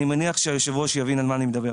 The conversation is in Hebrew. אני מניח שהיושב ראש יבין על מה אני מדבר.